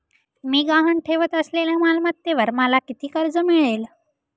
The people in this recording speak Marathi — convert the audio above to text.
मी गहाण ठेवत असलेल्या मालमत्तेवर मला किती कर्ज मिळेल?